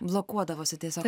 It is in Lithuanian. blokuodavosi tiesiog